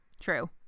true